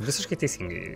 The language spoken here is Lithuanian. visiškai teisingai